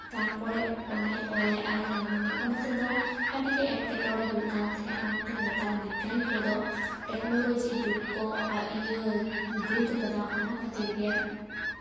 ᱛᱟᱨᱯᱚᱨᱮ ᱚᱱᱟᱭ ᱚᱞᱟᱭ ᱟᱨᱮ ᱧᱟᱢ ᱤᱧᱟᱹ ᱚᱱᱟ ᱛᱮᱫᱚ ᱟᱹᱰᱤᱜᱮ ᱮᱸᱴᱠᱮᱴᱚᱲᱮ ᱦᱩᱭᱩᱜ ᱠᱟᱱ ᱛᱟᱦᱮᱸᱫ ᱚᱱᱟᱛᱮ ᱱᱮᱛᱟᱨ ᱵᱤᱜᱽᱜᱟᱱᱤ ᱠᱚᱫᱚ ᱴᱮᱠᱱᱳᱞᱚᱡᱤ ᱡᱩᱜᱽ ᱠᱚ ᱤᱭᱟᱹ ᱡᱩᱛ ᱠᱟᱫᱟ ᱚᱱᱟ ᱠᱷᱟᱹᱛᱤᱨ ᱜᱮ